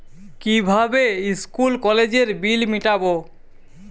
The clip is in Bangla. কিভাবে স্কুল কলেজের বিল মিটাব?